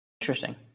Interesting